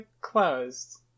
closed